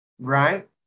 right